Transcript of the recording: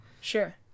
Sure